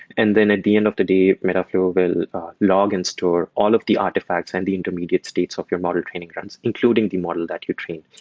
and then at the end of the day, metaflow will log and store all of the artifacts and the intermediate states of your model training runs, including the model that you train.